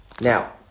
Now